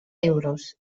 euros